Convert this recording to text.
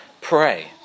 pray